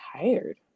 tired